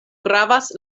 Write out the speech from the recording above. gravas